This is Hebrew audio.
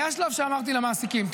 היה שלב שאמרתי למעסיקים,